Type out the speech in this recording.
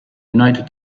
united